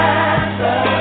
answer